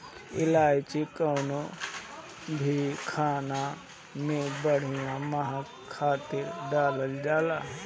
इलायची कवनो भी खाना में बढ़िया महक खातिर डालल जाला